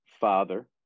father